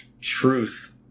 truth